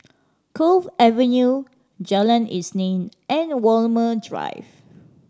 Cove Avenue Jalan Isnin and Walmer Drive